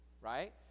right